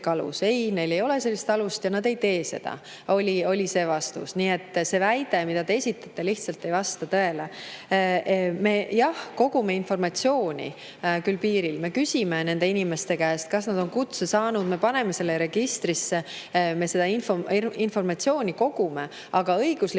Ei, neil ei ole sellist alust ja nad ei tee seda, oli vastus. See väide, mille te esitasite, lihtsalt ei vasta tõele. Me, jah, küll kogume informatsiooni piiril, me küsime nende inimeste käest, kas nad on [mobilisatsiooni]kutse saanud, ja me paneme selle registrisse. Me seda informatsiooni kogume. Aga õiguslik